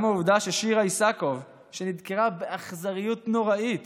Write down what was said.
גם העובדה ששירה איסקוב, שנדקרה באכזריות נוראית